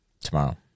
Tomorrow